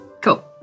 cool